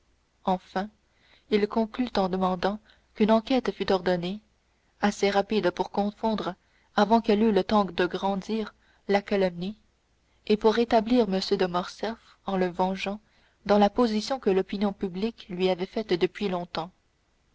enfin il conclut en demandant qu'une enquête fût ordonnée assez rapide pour confondre avant qu'elle eût eu le temps de grandir la calomnie et pour rétablir m de morcerf en le vengeant dans la position que l'opinion publique lui avait faite depuis longtemps